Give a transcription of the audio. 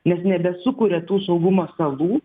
nes nebesukuria tų saugumo salų